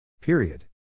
Period